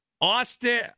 Austin